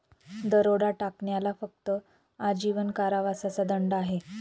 दरोडा टाकण्याला फक्त आजीवन कारावासाचा दंड आहे